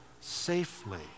safely